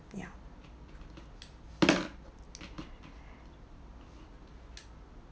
ya